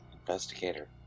investigator